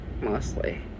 mostly